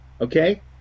okay